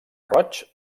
roig